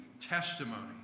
testimony